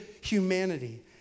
humanity